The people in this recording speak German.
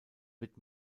wird